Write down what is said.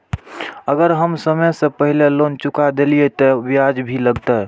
अगर हम समय से पहले लोन चुका देलीय ते ब्याज भी लगते?